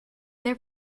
their